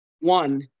one